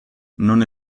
non